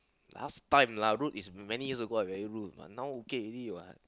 last time lah rude is many years ago I very rude but now okay already what